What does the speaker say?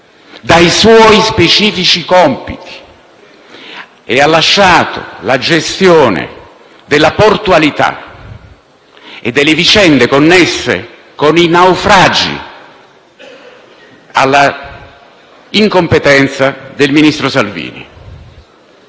dai suoi specifici compiti e ha lasciato la gestione della portualità e delle vicende connesse con i naufragi alla incompetenza del ministro Salvini.